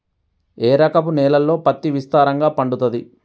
ఏ రకపు నేలల్లో పత్తి విస్తారంగా పండుతది?